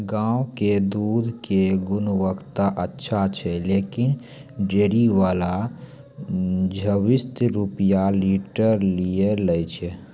गांव के दूध के गुणवत्ता अच्छा छै लेकिन डेयरी वाला छब्बीस रुपिया लीटर ही लेय छै?